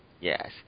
Yes